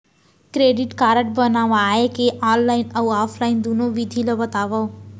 Credit card बनवाए के online अऊ ऑफलाइन दुनो विधि ला बतावव?